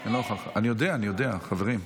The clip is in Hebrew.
אני יודע, אני יודע, חברים,